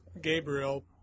Gabriel